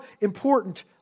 important